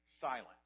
silent